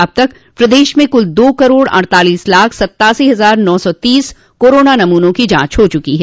अब तक प्रदेश में कुल दो करोड़ अड़तालीस लाख सत्तासी हजार नौ सौ तीस कोरोना नमूनों की जांच हो चुकी है